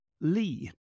Lee